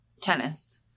Tennis